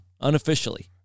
unofficially